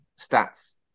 stats